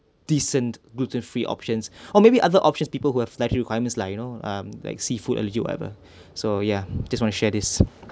decent gluten free options or maybe other options people who have dietary requirements like you know um like seafood allergy or whatever so ya just want to share this